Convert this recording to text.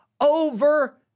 over